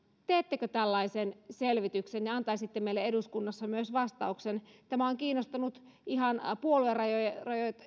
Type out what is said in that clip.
teettekö tällaisen selvityksen ja annatte meille eduskunnassa myös vastauksen tämä suomalainen rokotetuotanto on kiinnostanut ihan puoluerajat